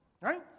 Right